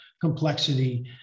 complexity